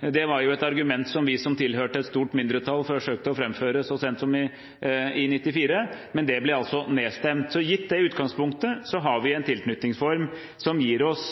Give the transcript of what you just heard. Det var et argument som vi som tilhørte et stort mindretall, forsøkte å framføre så sent som i 1994, men det ble altså nedstemt. Gitt det utgangspunktet har vi en tilknytningsform som gir oss